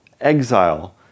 exile